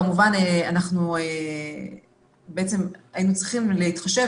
כמובן שאנחנו בעצם היינו צריכים להתחשב